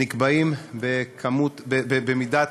נקבעים במידת